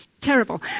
Terrible